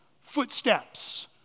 footsteps